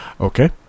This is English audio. Okay